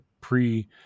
pre